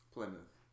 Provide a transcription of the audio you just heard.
Plymouth